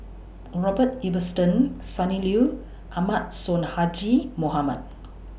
Robert Ibbetson Sonny Liew Ahmad Sonhadji Mohamad